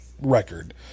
record